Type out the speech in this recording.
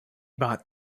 bought